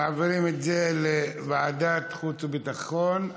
מעבירים את זה לוועדת חוץ וביטחון.